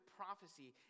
prophecy